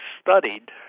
studied